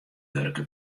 wurke